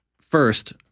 first